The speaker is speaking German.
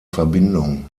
verbindung